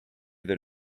that